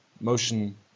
motion